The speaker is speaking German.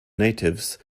natives